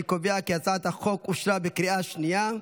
אני קובע כי הצעת החוק אושרה בקריאה השנייה.